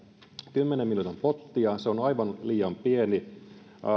kymmenen miljoonan pottia se on aivan liian pieni